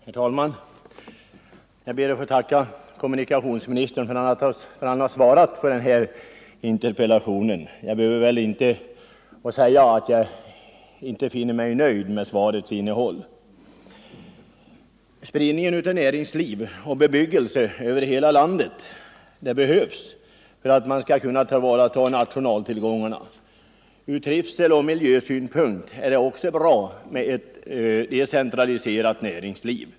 Herr talman! Jag ber att få tacka kommunikationsministern för att han har svarat på interpellationen — jag behöver väl inte säga att jag inte är nöjd med svarets innehåll. Det behövs en spridning av näringsliv och bebyggelse över hela landet för att vi skall kunna tillvarata våra naturtillgångar. Även från trivseloch miljösynpunkt är det bra med ett decentraliserat näringsliv.